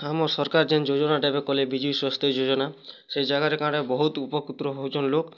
ଆମ ସରକାର୍ ଯେନ୍ ଯୋଜନାଟା ଏବେ କଲେ ବିଜୁ ସ୍ଵାସ୍ଥ୍ୟ ଯୋଜନା ସେ ଜାଗାରେ ବହୁତ୍ ଉପକୃତ ହେଉଛନ୍ ଲୋକ୍